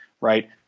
Right